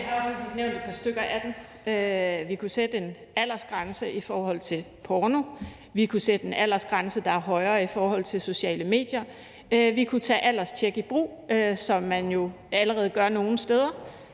sådan set nævnt et par stykker af dem. Vi kunne sætte en aldersgrænse i forhold til porno; vi kunne sætte en aldersgrænse, der er højere i forhold til sociale medier; og vi kunne tage alderstjek i brug, som man jo allerede gør nogle steder.